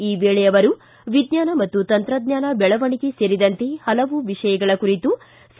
ಈ ವೇಳೆ ಅವರು ವಿಜ್ಞಾನ ಮತ್ತು ತಂತ್ರಜ್ಞಾನ ಬೆಳವಣಿಗೆ ಸೇರಿದಂತೆ ಹಲವು ವಿಷಯಗಳ ಕುರಿತು ಸಿ